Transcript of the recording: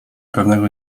pewnego